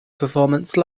performance